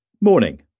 Morning